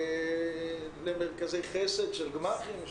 למרכזי חסד של גמ"חים,